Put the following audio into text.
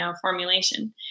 formulation